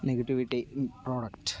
negativity product